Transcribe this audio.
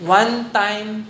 one-time